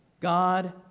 God